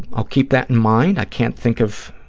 i'll keep that in mind. i can't think of